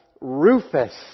Rufus